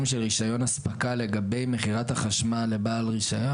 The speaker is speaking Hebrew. של רישיון הספקה לגבי מכירת החשמל לבעל רישיון,